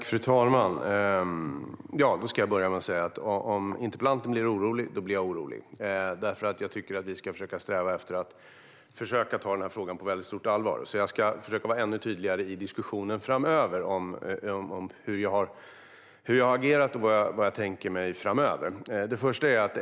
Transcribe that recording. Fru talman! Jag ska börja med att säga att om interpellanten blir orolig blir jag orolig, därför att jag tycker att vi ska sträva efter att försöka ta denna fråga på mycket stort allvar. Jag ska därför försöka vara ännu tydligare i diskussionen framöver om hur jag har agerat och vad jag tänker mig framöver.